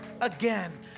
again